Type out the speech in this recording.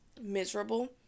miserable